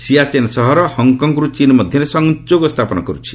ସିଆଚେନ୍ ସହର ହଙ୍ଗ୍କଙ୍ଗ୍ରୁ ଚୀନ୍ ମଧ୍ୟରେ ସଂଯୋଗ ସ୍ଥାପନ କରିଛି